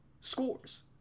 scores